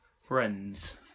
friends